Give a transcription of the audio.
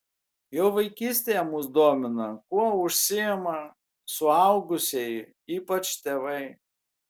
jau vaikystėje mus domina kuo užsiima suaugusieji ypač tėvai